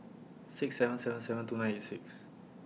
six seven seven seven two nine eight six